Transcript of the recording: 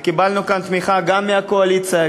וקיבלנו כאן תמיכה גם מהקואליציה,